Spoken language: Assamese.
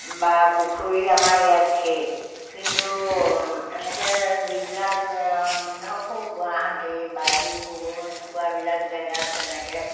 বা পুখুৰী আমাৰ ইয়াত ঢেৰ কিন্তু এনেকৈ যিবিলাক ধৰক সৌ গুৱাহাটী বা ডিব্ৰুগড় এনেকুৱাবিলাক জেগাত তেনেকৈ